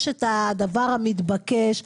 יש את הדבר המתבקש,